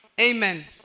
Amen